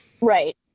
Right